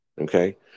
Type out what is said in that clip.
okay